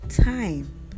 time